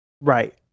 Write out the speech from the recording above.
Right